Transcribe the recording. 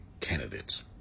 candidates